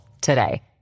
today